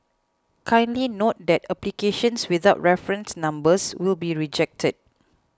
kindly note that applications without reference numbers will be rejected